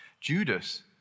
Judas